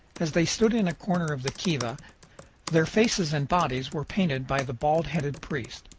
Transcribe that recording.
as they stood in a corner of the kiva their faces and bodies were painted by the bald-headed priest.